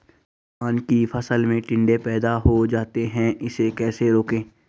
धान की फसल में टिड्डे पैदा हो जाते हैं इसे कैसे रोकें?